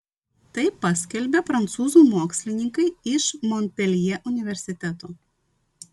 tai paskelbė prancūzų mokslininkai iš monpeljė universiteto